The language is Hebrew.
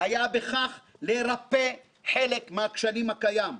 היה בכך לרפא חלק מהכשל הקיים,